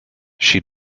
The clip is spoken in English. she